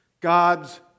God's